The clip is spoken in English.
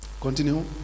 continue